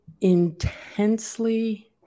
intensely